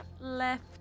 left